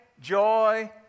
joy